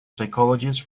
psychologist